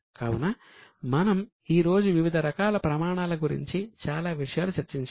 కావున మనం ఈ రోజు వివిధ రకాల ప్రమాణాల గురించి చాలా విషయాలు చర్చించాము